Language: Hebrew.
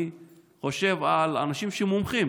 אני חושב על אנשים מומחים